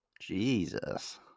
Jesus